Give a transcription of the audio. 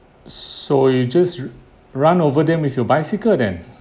so you just r~ run over them with your bicycle then